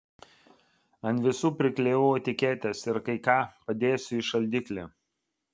ant visų priklijavau etiketes ir kai ką padėsiu į šaldiklį